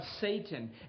Satan